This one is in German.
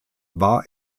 war